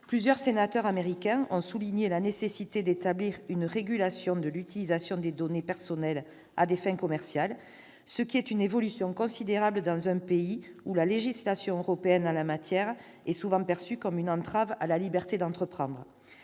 plusieurs sénateurs américains ont souligné la nécessité d'établir une régulation de l'utilisation des données personnelles à des fins commerciales, ce qui est une évolution considérable dans un pays où la législation européenne en la matière est souvent perçue comme une entrave à la liberté d'entreprendre.